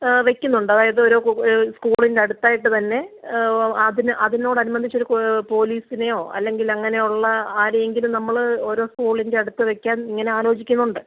ആ വയ്ക്കുന്നുണ്ട് അതായത് ഓരോ കു സ്കൂളിൻ്റെ അടുത്തായിട്ട് തന്നെ അതിന് അതിനോടനുബന്ധിച്ചൊരു കൂ പോലീസിനെയോ അല്ലെങ്കിൽ അങ്ങനെയുള്ള ആരെയെങ്കിലും നമ്മൾ ഓരോ സ്കൂളിൻ്റെ അടുത്ത് വയ്ക്കാൻ ഇങ്ങനെ ആലോചിക്കുന്നുണ്ട്